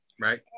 Right